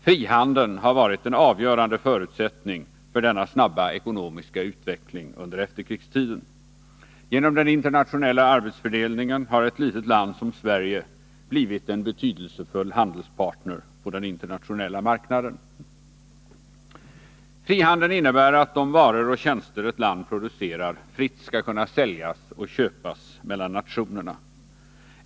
Frihandeln har varit en avgörande förutsättning för denna snabba ekonomiska utveckling under efterkrigstiden. Genom den internationella arbetsfördelningen har ett litet land som Sverige blivit en betydelsefull handelspartner på den internationella marknaden. Frihandeln innebär att de varor och tjänster ett land producerar fritt skall kunna säljas och köpas mellan nationerna.